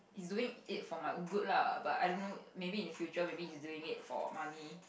is doing it for my own good lah but I don't know maybe in the future maybe he's doing it for the money